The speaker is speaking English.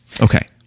Okay